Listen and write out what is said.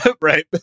Right